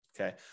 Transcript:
okay